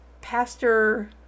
Pastor